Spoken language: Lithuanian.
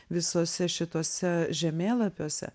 visuose šituose žemėlapiuose